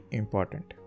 important